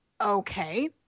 Okay